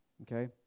Okay